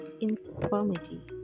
infirmity